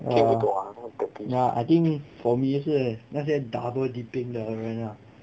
ya ya I think for me 是那些 double dipping 的人啦